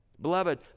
Beloved